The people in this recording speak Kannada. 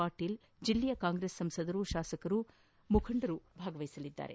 ಪಾಟೀಲ ಜಿಲ್ಲೆಯ ಕಾಂಗ್ರೆಸ್ನ ಸಂಸದರು ಶಾಸಕರು ಮುಖಂಡರು ಭಾಗವಹಿಸಲಿದ್ದಾರೆ